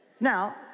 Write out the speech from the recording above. now